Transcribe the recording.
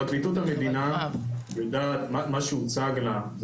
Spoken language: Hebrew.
פרקליטות המדינה יודעת את מה שהוצג לה,